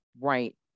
Right